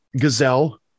gazelle